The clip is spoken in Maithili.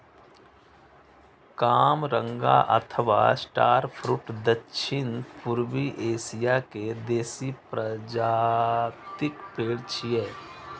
कामरंगा अथवा स्टार फ्रुट दक्षिण पूर्वी एशिया के देसी प्रजातिक पेड़ छियै